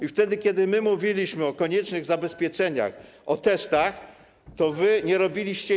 I wtedy, kiedy my mówiliśmy o koniecznych zabezpieczeniach, o testach, to wy nie robiliście nic.